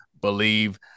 believe